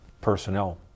personnel